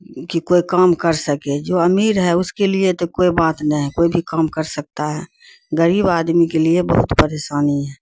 کہ کوئی کام کر سکے جو امیر ہے اس کے لیے تو کوئی بات نہیں ہے کوئی بھی کام کر سکتا ہے غریب آدمی کے لیے بہت پریشانی ہے